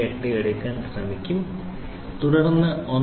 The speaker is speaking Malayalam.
578 എടുക്കാൻ ശ്രമിക്കും തുടർന്ന് 1